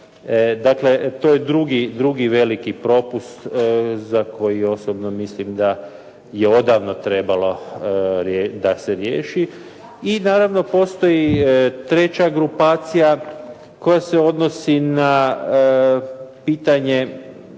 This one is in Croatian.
Dakle to je drugi veliki propust za koji osobno mislim da je odavno trebalo da se riješi. I naravno postoji treća grupacija koja se odnosi na pitanje